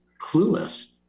clueless